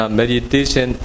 meditation